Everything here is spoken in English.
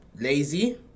lazy